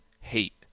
hate